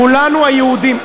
כולנו, היהודים.